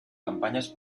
campañas